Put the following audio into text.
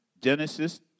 Genesis